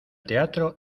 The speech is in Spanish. teatro